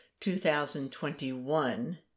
2021